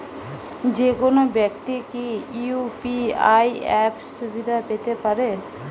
যেকোনো ব্যাক্তি কি ইউ.পি.আই অ্যাপ সুবিধা পেতে পারে?